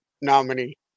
nominee